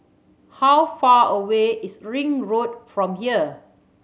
how far away is Ring Road from here